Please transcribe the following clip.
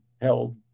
held